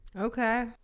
Okay